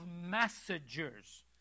messengers